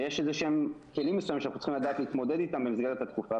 ויש איזה שהם כלים שצריך לדעת להתמודד איתם במסגרת התקופה.